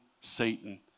Satan